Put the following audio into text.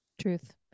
Truth